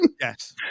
Yes